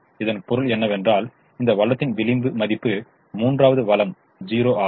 இதன் பொருள் என்னவென்றால் இந்த வளத்தின் விளிம்பு மதிப்பு மூன்றாவது வளம் 0 ஆகும்